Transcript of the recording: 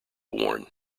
worn